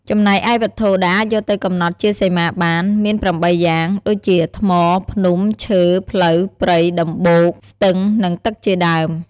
ចំណែកឯវត្ថុដែលអាចយកទៅកំណត់ជាសីមាបាន មាន៨យ៉ាង ដូចជាថ្ម ភ្នំ ឈើ ផ្លូវ ព្រៃ ដំបូក ស្ទឹង និងទឹកជាដើម។